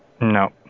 No